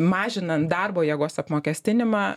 mažinant darbo jėgos apmokestinimą